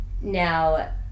Now